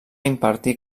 impartir